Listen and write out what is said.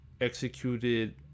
executed